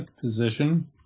position